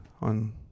on